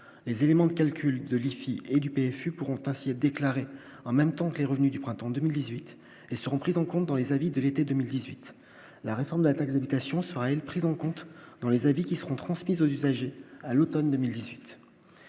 les éléments de calcul de l'IFI et du pays fut pourront ainsi être déclaré en même temps que les revenus du printemps 2018 et seront prises en compte dans les avis de l'été 2018 : la réforme de la taxe d'habitation sera prise en compte dans les avis qui seront transmises aux usagers à l'Automne 2018